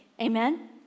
Amen